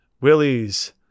Willie's